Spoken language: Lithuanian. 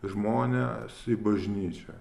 žmones į bažnyčią